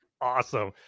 awesome